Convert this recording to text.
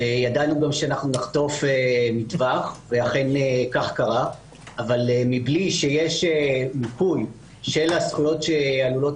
וידענו שנחטוף מטווח ואכן כך קרה אבל מבלי שיש מיקום של הזכויות שעלולות